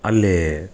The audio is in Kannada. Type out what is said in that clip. ಅಲ್ಲೇ